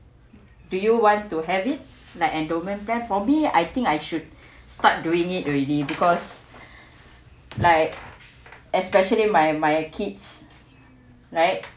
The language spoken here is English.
do you want to have it like endowment plan for me I think I should start doing it already because like especially my my kids right